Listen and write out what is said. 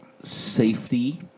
safety